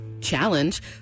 challenge